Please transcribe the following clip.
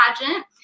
pageant